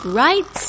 right